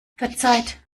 verzeiht